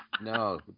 no